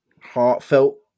heartfelt